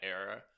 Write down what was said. era